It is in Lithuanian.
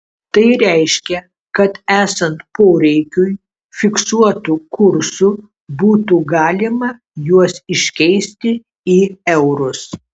tai reiškia kad esant poreikiui fiksuotu kursu būtų galima juos iškeisti į eurus